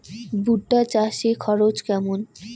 ভুট্টা চাষে খরচ কেমন?